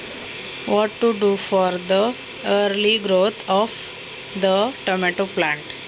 टोमॅटोच्या झाडांची लवकर वाढ होण्यासाठी काय करावे?